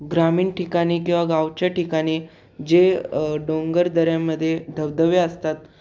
ग्रामीण ठिकाणी किंवा गावच्या ठिकाणी जे डोंगरदऱ्यांमध्ये धबधबे असतात